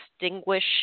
distinguish